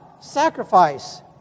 sacrifice